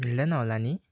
मिल्दैन होला नि